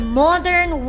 modern